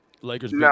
Lakers